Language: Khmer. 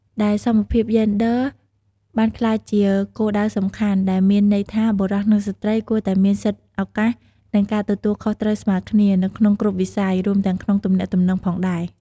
ដែលសមភាពយេនឌ័របានក្លាយជាគោលដៅសំខាន់ ដែលមានន័យថាបុរស និងស្ត្រីគួរតែមាន សិទ្ធិ ឱកាស និងការទទួលខុសត្រូវស្មើគ្នា នៅក្នុងគ្រប់វិស័យ រួមទាំងក្នុងទំនាក់ទំនងផងដែរ។